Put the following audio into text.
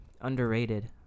underrated